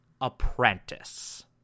apprentice